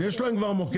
כבר יש להם מוקד.